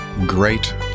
great